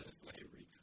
slavery